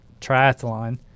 triathlon